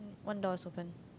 one doors open